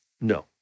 No